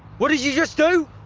iwhat did you just do?